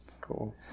Cool